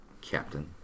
captain